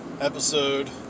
episode